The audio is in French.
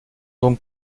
donc